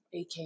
AK